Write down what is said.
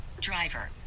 Driver